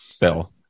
bill